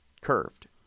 ...curved